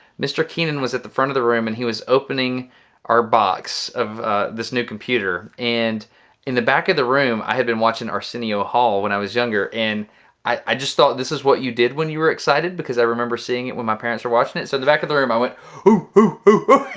mr. keenan was at the front of the room and he was opening our box of this new computer and in the back of the room, i had been watching arsenio hall when i was younger and i just thought this is what you did when you were excited because i remember seeing it when my parents were watching it. so at the back of the room, i went hoo, hoo, hoo,